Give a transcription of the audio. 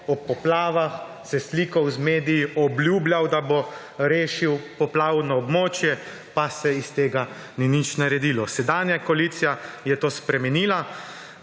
ob poplavah, se slikal z mediji, obljubljal, da bo rešil poplavno območje, pa se iz tega ni nič naredilo. Sedanja koalicija je to spremenila.